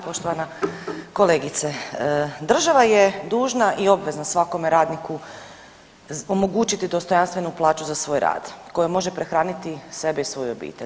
Poštovana kolegice država je dužna i obvezna svakome radniku omogućiti dostojanstvenu plaću za svoj rad kojom može prehraniti sebe i svoju obitelj.